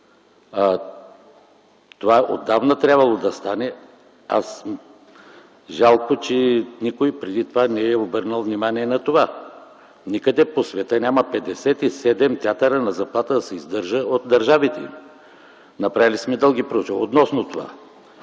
Това отдавна е трябвало да стане. Жалко, че никой преди не е обърнал внимание на това. Никъде по света няма 57 театъра да се издържат от държавата. Направили сме проучвания